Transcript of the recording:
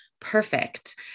perfect